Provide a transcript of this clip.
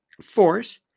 force